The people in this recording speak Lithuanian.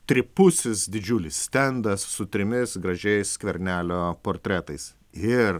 tripusis didžiulis stendas su trimis gražiais skvernelio portretais ir